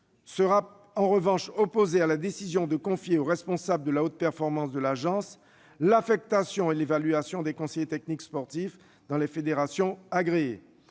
nous sommes opposés à la décision de confier au responsable de la haute performance de l'Agence l'affectation et l'évaluation des conseillers techniques sportifs dans les fédérations agréées.